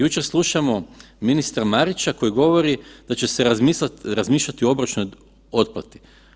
Jučer slušamo ministra Marića koji govori da će se razmišljati o obročnoj otplati.